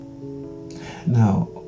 Now